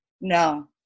No